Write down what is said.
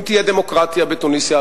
אם תהיה דמוקרטיה בתוניסיה,